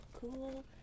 cool